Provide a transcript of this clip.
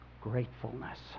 gratefulness